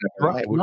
Right